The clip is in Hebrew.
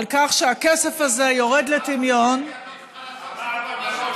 על כך שהכסף הזה יורד לטמיון, אמרנו, ציפי.